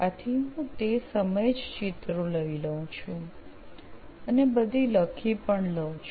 આથી હું તે સમયે જ ચિત્રો લઇ લઉં છું અને બધી લખી પણ લઉં છું